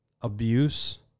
abuse